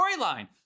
storyline